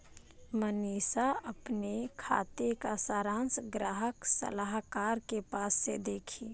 मनीषा अपने खाते का सारांश ग्राहक सलाहकार के पास से देखी